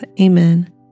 Amen